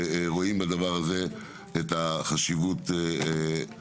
אנחנו רואים בדבר הזה את החשיבות המרבית,